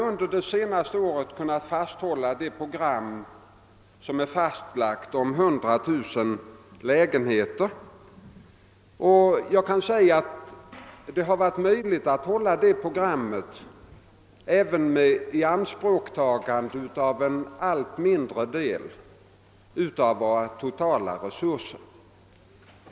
Under det senare året har vi kunnat hålla det program om 100 000 lägenheter som är fastlagt, och det har varit möjligt att göra detta med ianspråktagande av en allt mindre del av våra totala resurser.